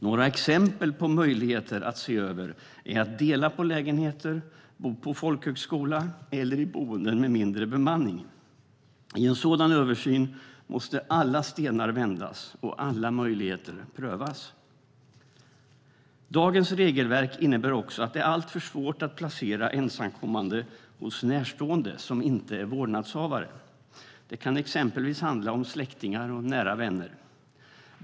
Några exempel på möjligheter att se över är att dela på lägenheter och att bo på folkhögskola eller i boenden med mindre bemanning. I en sådan översyn måste alla stenar vändas och alla möjligheter prövas. Dagens regelverk innebär också att det är alltför svårt att placera ensamkommande hos närstående som inte är vårdnadshavare. Det kan exempelvis handla om släktingar eller nära vänner.